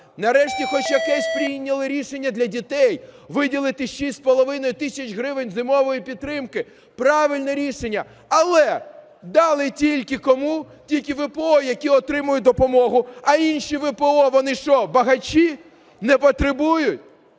Нарешті хоч якесь прийняли рішення для дітей, виділити 6,5 тисяч гривень зимової підтримки правильне рішення. Але дали тільки кому? Тільки ВПО, які отримують допомогу. А інші ВПО, вони що, багачі, не потребують?